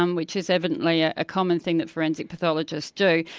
um which is evidently a ah common thing that forensic pathologists do,